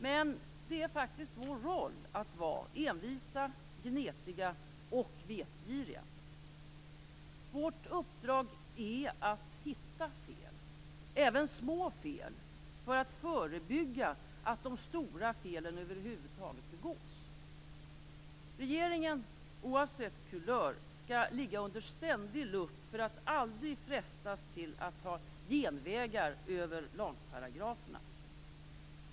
Men det är faktiskt vår roll att vara envisa, gnetiga och vetgiriga. Vårt uppdrag är att hitta fel, även små fel, för att förebygga att de stora felen över huvud taget begås. Regeringen, oavsett kulör, skall ligga under ständig lupp för att aldrig frestas till att ta genvägar över lagparagraferna.